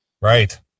right